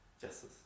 justice